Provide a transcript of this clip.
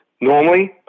normally